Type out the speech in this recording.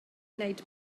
wneud